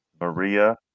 Maria